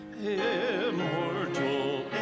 Immortal